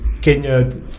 Kenya